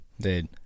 Dude